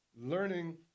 learning